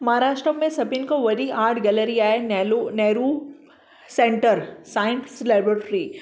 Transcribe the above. महाराष्ट्रा में सभिनि खां वॾी आर्ट गेलेरी आहे नेहलु नेहरु सेंटर सायन्स लेबॉरेटरी